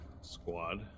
squad